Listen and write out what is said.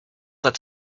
that